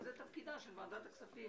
אבל זה תפקידה של ועדת הכספים.